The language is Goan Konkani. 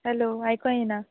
हेलो आयको येना